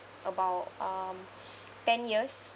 about um ten years